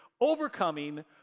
Overcoming